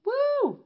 Woo